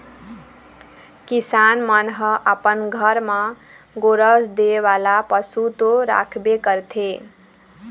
किसान मन ह अपन घर म गोरस दे वाला पशु तो राखबे करथे